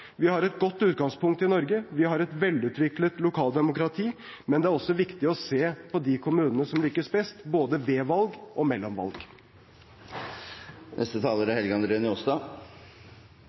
Vi har et godt utgangspunkt i Norge. Vi har et velutviklet lokaldemokrati. Men det er også viktig å se på de kommunene som lykkes best – både ved valg og mellom valg. Først må eg seia at eg er